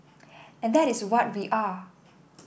and that is what we are